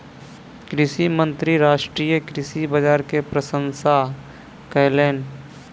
कृषि मंत्री राष्ट्रीय कृषि बाजार के प्रशंसा कयलैन